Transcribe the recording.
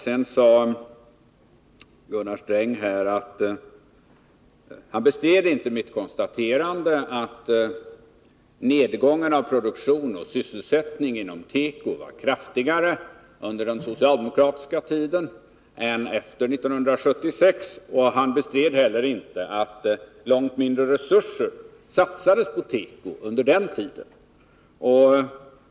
Gunnar Sträng bestred inte mitt konstaterande att nedgången i produktion och sysselsättning inom teko var kraftigare under den socialdemokratiska tiden än efter 1976. Han bestred inte heller att långt mindre resurser satsades på teko under den tiden.